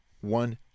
one